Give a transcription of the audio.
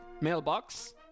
mailbox